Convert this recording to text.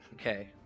Okay